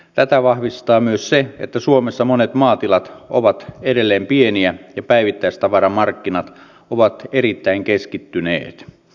tätä vahvistaa myös se että suomessa monet maatilat ovat edelleen pieniä ja päivittäistavaramarkkinat ovat erittäin keskittyneet